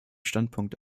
standpunkt